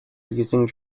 using